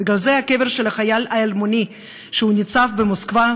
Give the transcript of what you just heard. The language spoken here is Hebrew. בגלל זה קבר החייל האלמוני ניצב במוסקבה,